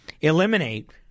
eliminate